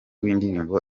w’indirimbo